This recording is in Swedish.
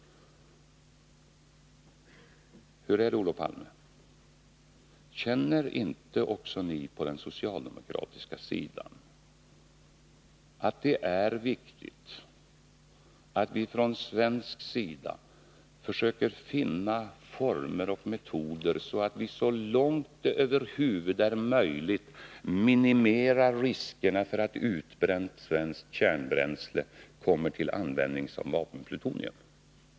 Hur är det, Olof Palme? Känner inte ni också på den socialdemokratiska sidan att det är viktigt att vi från svensk sida försöker finna former och metoder, så att vi så långt det över huvud taget är möjligt minimerar riskerna för att utbränt svenskt kärnbränsle kommer till användning som vapenplutonium?